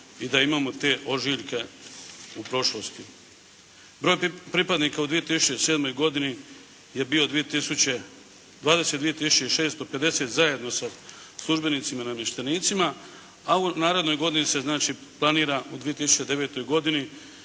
i da imamo te ožiljke u prošlosti. Broj pripadnika u 2007. godini je bio 22 tisuće i 650 zajedno sa službenicima i namještenicima. A u narednoj se godini znači planira, u 2009. godini